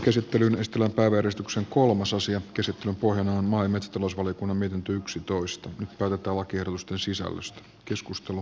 käsittelyn estelle kaiveristuksen kolmososio kysytty punanaamainen tulos oli kumma miten t pohjana on maa ja metsätalousvaliokunnan mietintö